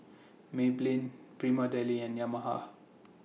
Maybelline Prima Deli and Yamaha